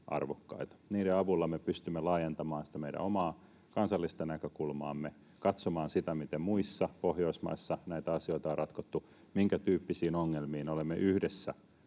Niiden avulla me pystymme laajentamaan sitä meidän omaa kansallista näkökulmaamme, katsomaan sitä, miten muissa Pohjoismaissa näitä asioita on ratkottu, minkä tyyppisiä ongelmia olemme yhdessä